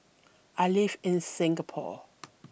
I live in Singapore